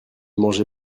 mangez